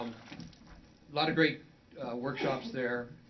um lot of great workshops there.